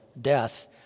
death